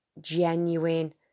genuine